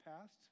past